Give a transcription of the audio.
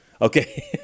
Okay